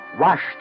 washed